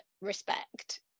respect